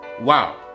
Wow